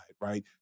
right